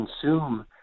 consume